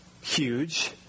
huge